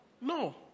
No